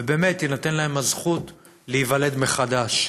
ובאמת תינתן להם הזכות להיוולד מחדש.